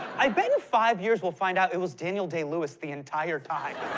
i bet in five years we'll find out it was daniel day-lewis the entire time.